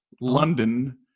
London